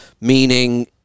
meaning